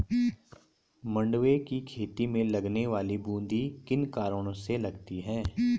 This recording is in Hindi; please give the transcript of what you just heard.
मंडुवे की खेती में लगने वाली बूंदी किन कारणों से लगती है?